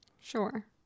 Sure